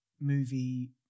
movie